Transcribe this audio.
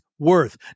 worth